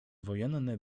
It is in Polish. wojenny